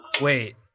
wait